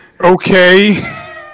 Okay